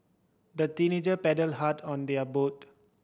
the teenager paddled hard on their boat